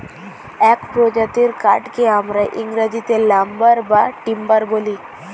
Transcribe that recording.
এক প্রজাতির কাঠকে আমরা ইংরেজিতে লাম্বার বা টিম্বার বলি